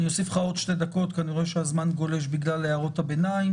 אני אוסיף לך עוד שתי דקות כי אני רואה שהזמן גולש בגלל הערות הביניים.